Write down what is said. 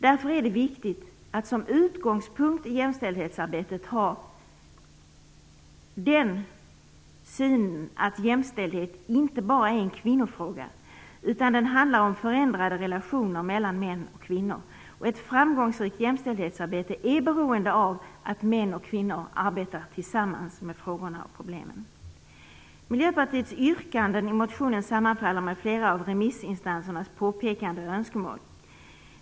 Därför är det viktigt att som utgångspunkt i jämställdhetsarbetet ha den synen att jämställdhet inte bara är en kvinnofråga, utan det handlar om förändrade relationer mellan män och kvinnor. Ett framgångsrikt jämställdhetsarbete är beroende av att män och kvinnor arbetar tillsammans med frågorna och problemen. Miljöpartiets yrkanden i motionen sammanfaller med flera av remissinstansernas påpekanden och önskemål.